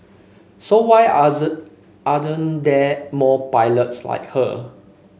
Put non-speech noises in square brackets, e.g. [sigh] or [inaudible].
so why [unintelligible] aren't there more pilots like her